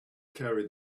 carried